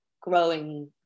growing